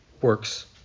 works